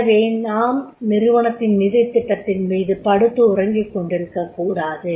எனவே நாம் நிறுவனத்தின் நிதித் திட்ட்த்தின் மீது படுத்து உறங்கிக் கொண்டிருக்கக் கூடாது